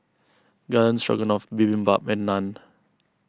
Garden Stroganoff Bibimbap and Naan